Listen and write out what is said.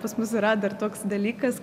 pas mus yra dar toks dalykas